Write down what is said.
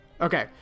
Okay